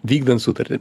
vykdant sutartį